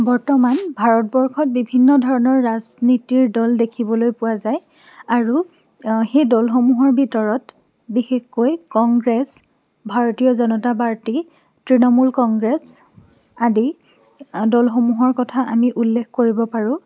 বৰ্তমান ভাৰতবৰ্ষত বিভিন্ন ধৰণৰ ৰাজনীতিৰ দল দেখিবলৈ পোৱা যায় আৰু সেই দলসমূহৰ ভিতৰত বিশেষকৈ Congress Bharatiya Janata party Trinamool Congress আদি দলসমূহৰ কথা আমি উল্লেখ কৰিব পাৰোঁ